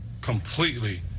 completely